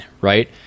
right